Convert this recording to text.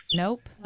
nope